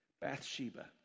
Bathsheba